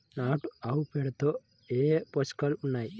నాటు ఆవుపేడలో ఏ ఏ పోషకాలు ఉన్నాయి?